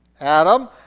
Adam